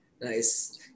Nice